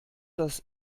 das